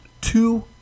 two